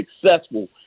successful